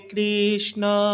Krishna